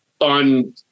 on